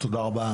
תודה רבה.